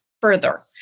further